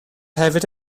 hefyd